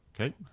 Okay